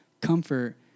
comfort